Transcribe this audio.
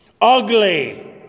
ugly